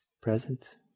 present